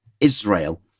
Israel